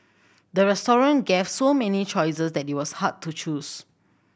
the restaurant gave so many choices that it was hard to choose